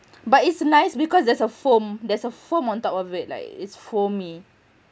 but it's nice because there's a foam there's a foam on top of it like it's foamy